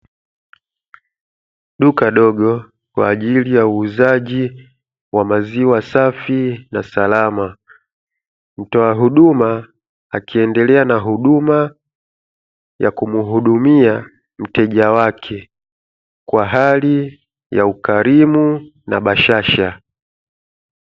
Duka dogo kwaajili ya uuzaji wa maziwa safi na salama. Mtoa huduma akaendelea na huduma akimuudumia mteja wake kwa hali ya ukarimu na bashasha.